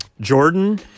Jordan